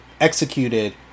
executed